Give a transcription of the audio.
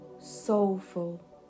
soulful